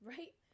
Right